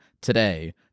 today